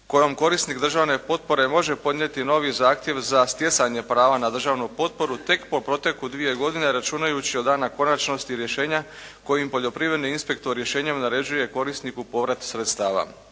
kojom korisnik državne potpore može podnijeti novi zahtjev za stjecanje prava na državnu potporu tek po proteku dvije godine, računajući od dana konačnosti rješenja kojim poljoprivredni inspektori rješenjem naređuje korisniku povrat sredstava.